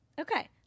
Okay